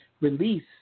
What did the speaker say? Release